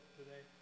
today